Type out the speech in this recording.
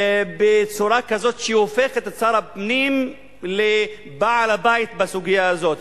בצורה כזאת שהיא הופכת את שר הפנים לבעל הבית בסוגיה הזאת,